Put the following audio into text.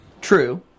True